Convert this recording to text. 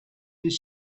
his